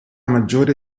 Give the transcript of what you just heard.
maggiore